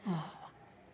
हा